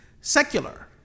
secular